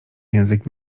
język